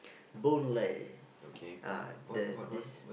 Boon-Lay ah there's this